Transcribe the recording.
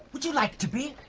would you like to be?